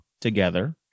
together